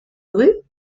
grues